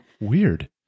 Weird